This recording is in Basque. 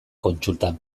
kontsultan